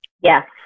Yes